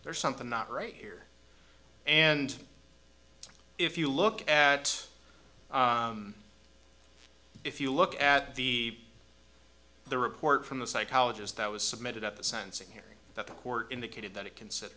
there's something not right here and if you look at if you look at the the report from the psychologist that was submitted at the sensing hearing that the court indicated that it can sit